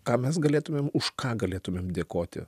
ką mes galėtumėm už ką galėtumėm dėkoti